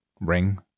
ring